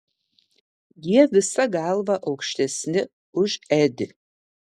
jie visa galva aukštesni už edį